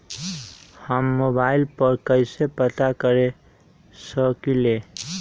हम मोबाइल पर कईसे पता कर सकींले?